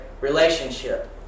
relationship